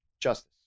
justice